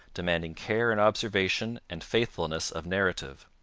demanding care in observation and faithfulness of narrative.